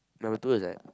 number two is there